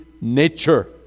nature